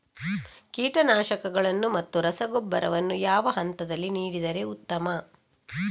ಕೀಟನಾಶಕಗಳನ್ನು ಮತ್ತು ರಸಗೊಬ್ಬರವನ್ನು ಯಾವ ಹಂತದಲ್ಲಿ ನೀಡಿದರೆ ಉತ್ತಮ?